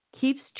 keeps